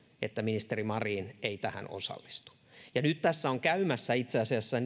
että ministeri marin ei tähän osallistu nyt tässä on käymässä itse asiassa